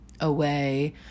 away